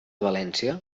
valència